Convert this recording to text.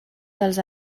dels